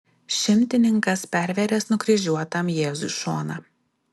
šimtininkas pervėręs nukryžiuotam jėzui šoną